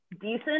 decent